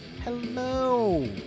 hello